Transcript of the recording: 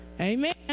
Amen